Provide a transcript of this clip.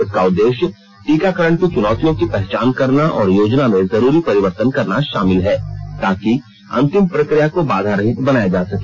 इसका उद्देश्य टीकाकरण की चुनौतियों की पहचान करना और योजना में जरूरी परिवर्तन करना शामिल है ताकि अंतिम प्रक्रिया को बाधारहित बनाया जा सके